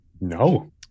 No